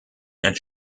and